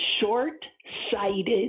short-sighted